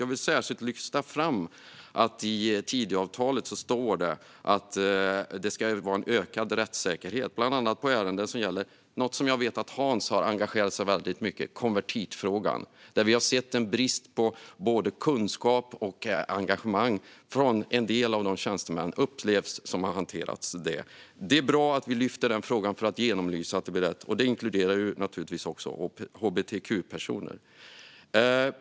Jag vill särskilt lyfta fram att det står i Tidöavtalet att rättssäkerheten ska öka, bland annat vad gäller ett ärende som jag vet att Hans har engagerat sig väldigt mycket i, nämligen konvertitfrågan. Vi har sett en brist på både kunskap och engagemang som upplevts hos en del av de tjänstemän som har hanterat den. Det är bra att genomlysa frågan så att det blir rätt. Den inkluderar naturligtvis också hbtq-personer.